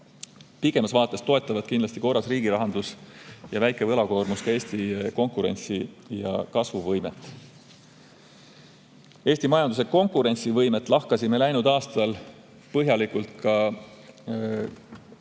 Pikemas vaates toetavad korras riigirahandus ja väike võlakoormus kindlasti ka Eesti konkurentsi‑ ja kasvuvõimet. Eesti majanduse konkurentsivõimet lahkasime läinud aastal põhjalikult ka keskpanga